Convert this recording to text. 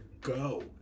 go